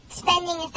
spending